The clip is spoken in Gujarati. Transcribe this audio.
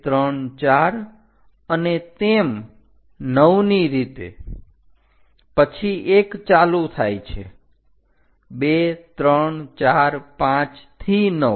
1234 અને તેમ 9 ની રીતે પછી 1 ચાલુ થાય છે 2345 થી 9